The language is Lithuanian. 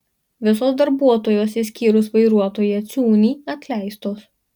visos darbuotojos išskyrus vairuotoją ciūnį atleistos